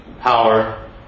power